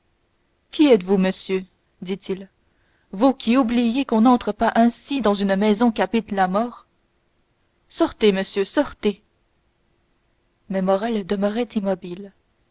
qui êtes-vous monsieur dit-il vous qui oubliez qu'on n'entre pas ainsi dans une maison qu'habite la mort sortez monsieur sortez mais morrel demeurait immobile